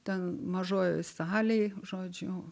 ten mažojoj salėj žodžiu